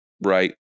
right